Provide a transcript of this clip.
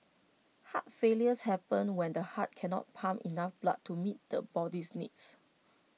heart failures happens when the heart cannot pump enough blood to meet the body's needs